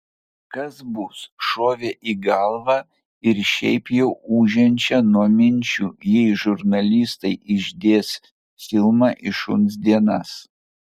kas bus šovė į galvą ir šiaip jau ūžiančią nuo minčių jei žurnalistai išdės filmą į šuns dienas